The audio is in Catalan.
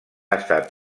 estat